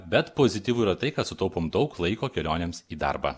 bet pozityvu yra tai kad sutaupom daug laiko kelionėms į darbą